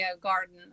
Garden